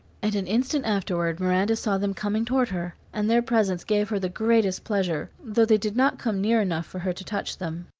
and an instant afterward miranda saw them coming toward her, and their presence gave her the greatest pleasure, though they did not come near enough for her to touch them.